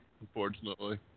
unfortunately